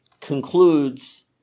concludes